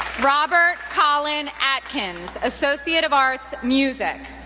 robert collin atkins, associate of arts, music.